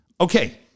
Okay